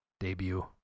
debut